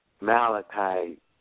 malachite